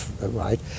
right